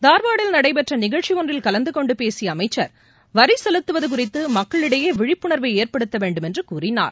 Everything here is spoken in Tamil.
தார்வாடில் நடைபெற்ற நிகழ்ச்சி ஒன்றில் கலந்து கொண்டு பேசிய அமைச்சர் வரி செலுத்துவது குறித்து மக்களிடையே விழிப்புணர்வை ஏற்படுத்த வேண்டும் என்று கூறினார்